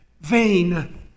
vain